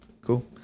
Cool